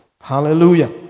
Hallelujah